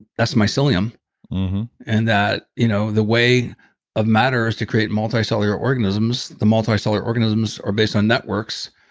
that's mycelium and that you know the way of matters to create multicellular organisms the multicellular organisms are based on networks.